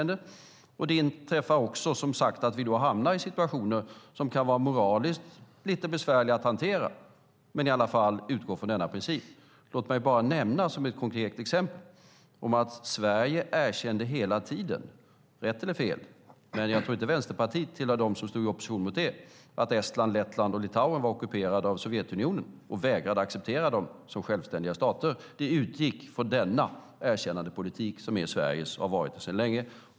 Det inträffar också, som sagt, att vi då hamnar i situationer som kan vara moraliskt lite besvärliga att hantera. Men vi utgår i alla fall från denna princip. Låt mig som ett konkret exempel bara nämna att Sverige hela tiden erkände - rätt eller fel, men jag tror inte att Vänsterpartiet tillhörde dem som stod i opposition mot det - att Estland, Lettland och Litauen var ockuperade av Sovjetunionen och vägrade acceptera dem som självständiga stater. Det utgick från denna erkännandepolitik som är Sveriges och har varit det sedan länge.